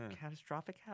catastrophic